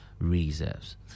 Reserves